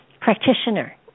practitioner